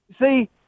See